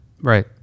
Right